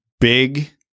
big